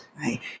right